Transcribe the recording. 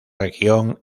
región